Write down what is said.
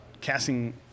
casting